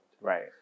Right